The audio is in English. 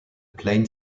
plain